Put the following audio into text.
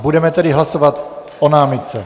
Budeme tedy hlasovat o námitce.